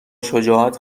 شجاعت